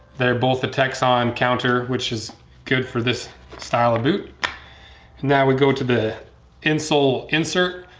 they're both the texon counter which is good for this style of boot. and now we go to the insole insert.